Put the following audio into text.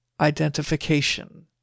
identification